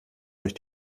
durch